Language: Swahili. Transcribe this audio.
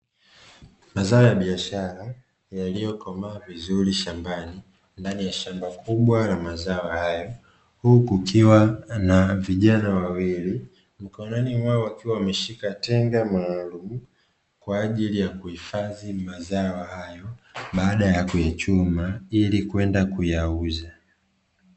Mazao ya biashara yaliyokomaa vizuri shambani, ndani ya shamba kubwa la mazao hayo, huku kukiwa na vijana wawili, mikononi mwao wakiwa wameshika tenga maalumu kwa ajili ya kuhifadhia mazao hayo baada ya kuyachuma, ili kwenda kuyauza.